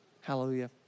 Hallelujah